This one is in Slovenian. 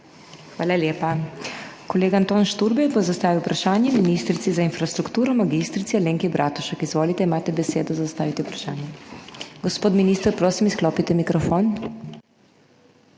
Hvala lepa. Kolega Anton Šturbej bo zastavil vprašanje ministrici za infrastrukturo mag. Alenki Bratušek. Izvolite, imate besedo, da zastavite vprašanje. Gospod minister, prosim, izklopite mikrofon.